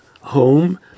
home